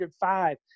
five